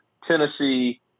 Tennessee